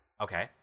Okay